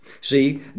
See